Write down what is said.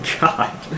God